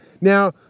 Now